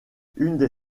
une